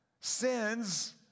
sins